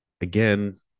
again